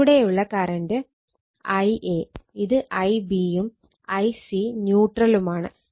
ഇതിലൂടെയുള്ള current Ia ഇത് Ib യും Ic ന്യൂട്രലുമാണ്